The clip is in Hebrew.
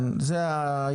כן, זה ההיגיון.